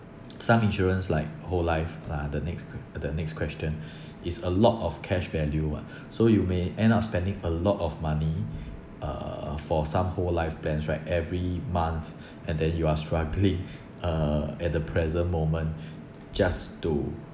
some insurance like whole life ah the next the next question is a lot of cash value [one] so you may end up spending a lot of money uh for some whole life plans right every month and then you are struggling uh at the present moment just to